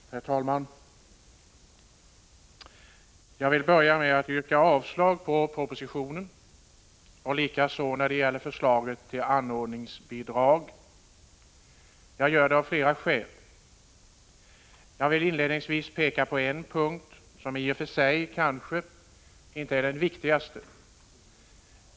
Herr talman! Jag vill börja med att yrka avslag på propositionen och likaså på förslaget om anordningsbidrag. Jag gör det av flera skäl. Inledningsvis vill jag peka på en punkt som i och för sig kanske inte är den viktigaste.